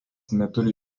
neturi